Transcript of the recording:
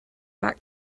back